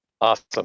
awesome